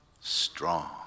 strong